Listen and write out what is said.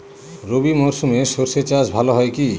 রবি মরশুমে সর্ষে চাস ভালো হয় কি?